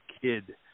kid –